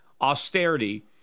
austerity